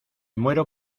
muero